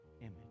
image